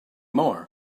more